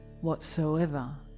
whatsoever